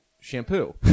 shampoo